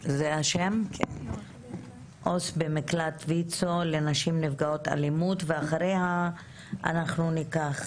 ואחריה אנחנו נשמע עדות של אישה שעברה אלימות טכנולוגית.